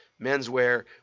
menswear